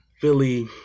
Philly